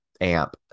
amp